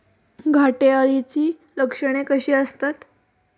घाटे अळीची लक्षणे कशी असतात?